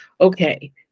okay